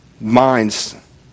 minds